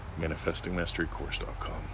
Manifestingmasterycourse.com